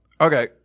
okay